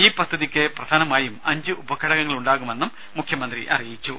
ഈ പദ്ധതിക്ക് പ്രധാനമായും അഞ്ച് ഉപഘടകങ്ങൾ ഉണ്ടാകുമെന്നും മുഖ്യമന്ത്രി അറിയിച്ചു